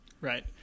Right